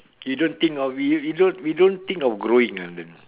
you don't think of it we we don't we don't think of growing ah then